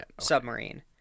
submarine